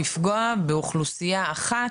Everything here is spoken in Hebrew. לפגוע באוכלוסייה אחת,